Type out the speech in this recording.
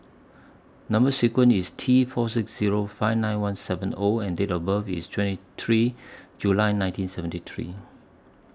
Number sequence IS T four six Zero five nine one seven O and Date of birth IS twenty three July nineteen seventy three